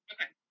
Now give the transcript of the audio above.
Okay